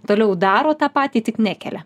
toliau daro tą patį tik nekelia